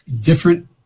different